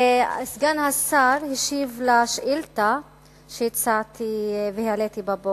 וסגן השר השיב על שאילתא שהצעתי והעליתי בבוקר.